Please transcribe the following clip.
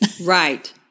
Right